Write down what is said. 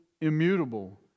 immutable